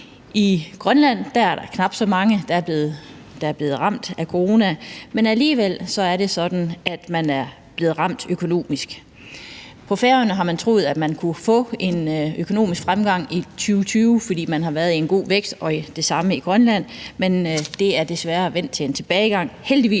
I Grønland er der knap så mange, der er blevet ramt af corona, men alligevel er det sådan, at man er blevet ramt økonomisk. På Færøerne har man troet, at man kunne få en økonomisk fremgang i 2020, fordi man har været i en god vækst – og det samme er tilfældet i Grønland. Men det er desværre vendt til en tilbagegang.